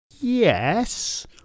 Yes